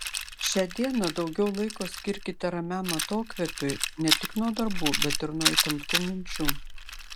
šią dieną daugiau laiko skirkite ramiam atokvėpiui ne tik nuo darbų bet ir nuo įtemptų minčių